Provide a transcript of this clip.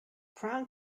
prawn